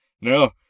no